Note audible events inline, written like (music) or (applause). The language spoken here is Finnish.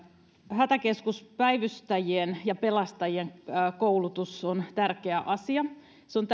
hätäkeskuspäivystäjien ja pelastajien koulutus on tärkeä asia se on (unintelligible)